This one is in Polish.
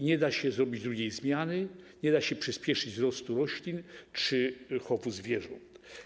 Nie da się zrobić drugiej zmiany, nie da się przyspieszyć wzrostu roślin czy chowu zwierząt.